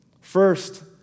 First